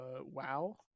wow